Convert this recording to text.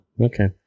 okay